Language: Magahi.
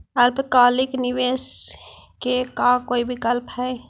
अल्पकालिक निवेश के का कोई विकल्प है?